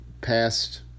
past